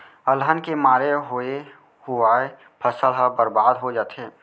अलहन के मारे होवे हुवाए फसल ह बरबाद हो जाथे